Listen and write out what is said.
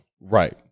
right